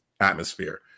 atmosphere